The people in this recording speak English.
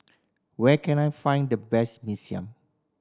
where can I find the best Mee Siam